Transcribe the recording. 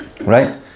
right